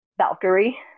Valkyrie